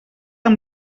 amb